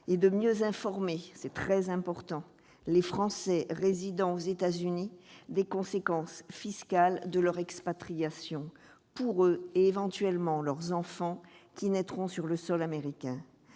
de mieux informer les Français résidant aux États-Unis des conséquences fiscales de leur expatriation, pour eux et éventuellement pour leurs enfants qui naîtront sur le sol américain.